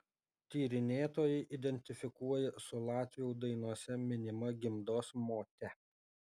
tyrinėtojai identifikuoja su latvių dainose minima gimdos mote